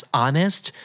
honest